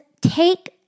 Take